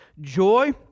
Joy